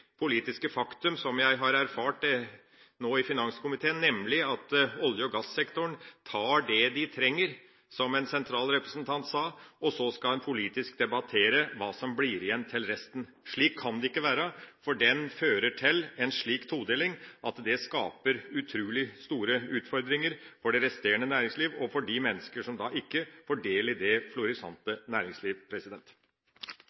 politiske faktum som jeg har erfart nå i finanskomiteen, nemlig at olje- og gassektoren tar det de trenger, som en sentral representant sa, og så skal en politisk debattere hva som blir igjen til resten. Slik kan det ikke være, for det fører til en slik todeling at det skaper utrolig store utfordringer for det resterende næringsliv og for de mennesker som da ikke får del i det